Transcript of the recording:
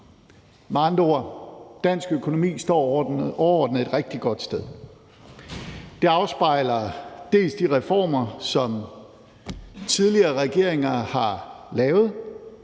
Med andre ord: Dansk økonomi står overordnet et rigtig godt sted. Det afspejler de reformer, som tidligere regeringer har lavet,